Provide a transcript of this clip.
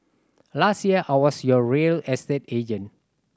last year I was your real estate agent